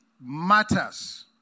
matters